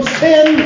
sin